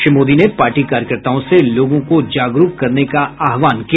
श्री मोदी ने पार्टी कार्यकर्ताओं से लोगों को जागरूक करने का आह्वान किया